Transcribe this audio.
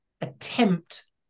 attempt